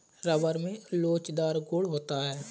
rubber में लोचदार गुण होता है